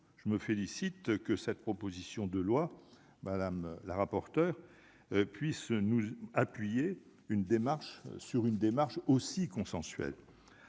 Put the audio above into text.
je me félicite que cette proposition de loi madame la rapporteure puisse nous appuyer une démarche sur une démarche aussi consensuel en